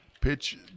Pitch